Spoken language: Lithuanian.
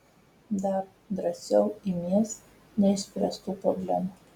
dar drąsiau imies neišspręstų problemų